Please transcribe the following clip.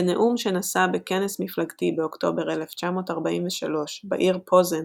בנאום שנשא בכנס מפלגתי באוקטובר 1943 בעיר פוזן